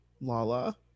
Lala